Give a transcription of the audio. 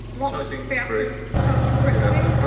block. charging brick. charging brick thing.